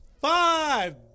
Five